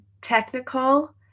technical